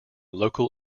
local